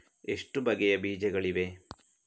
ಎಷ್ಟು ಬಗೆಯ ಬೀಜಗಳಿವೆ?